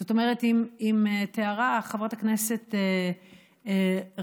זאת אומרת, אם תיארה חברת הכנסת ג'ידא,